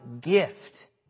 gift